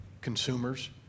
consumers